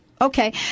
okay